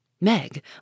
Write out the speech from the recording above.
Meg